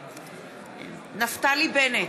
נגד נפתלי בנט,